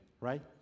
right